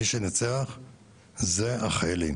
מי שניצח אלו החיילים,